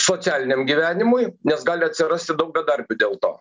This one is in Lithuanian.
socialiniam gyvenimui nes gali atsirasti daug bedarbių dėl to